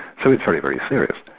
so it's very, very serious.